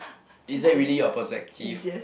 is that really your perspective